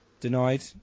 Denied